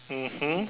mmhmm